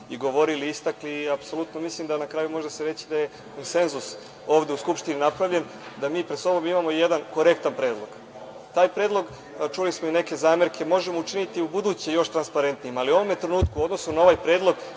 i govorili i istakli, apsolutno mislim da se na kraju može reći konsenzus ovde u Skupštini je napravljen da mi pred sobom imamo jedan korektan predlog. Taj predlog, čuli smo neke zamerke, možemo učiniti ubuduće još transparentnijim, ali u ovom trenutku u odnosu na ovaj predlog